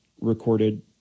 recorded